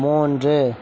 மூன்று